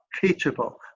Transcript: teachable